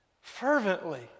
fervently